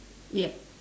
yup